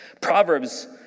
Proverbs